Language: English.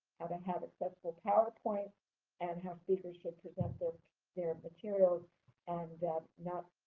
how to have accessible powerpoints and how speakers should present their their materials and not,